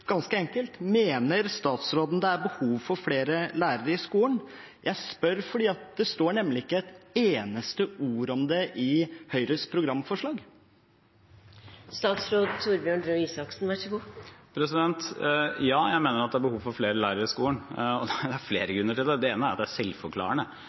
ganske enkelt: Mener statsråden det er behov for flere lærere i skolen? Jeg spør, fordi det står nemlig ikke ett eneste ord om det i Høyres programforslag. Ja, jeg mener det er behov for flere lærere i skolen. Det er flere grunner til det. Den ene grunnen er at det er selvforklarende. Når det kommer flere